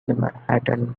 manhattan